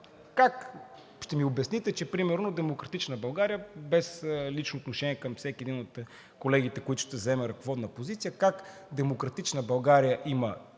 Как ще ми обясните, че примерно „Демократична България“ – без лично отношение към всеки един от колегите, които ще заемат ръководна позиция, как „Демократична България“ има